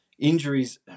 Injuries